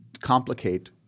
complicate